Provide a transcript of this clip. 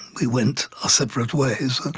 we went our separate ways.